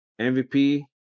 MVP